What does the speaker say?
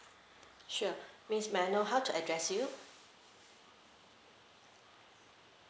sure miss may I know how to address you